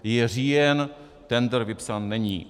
Je říjen, tendr vypsán není.